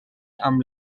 amb